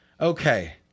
Okay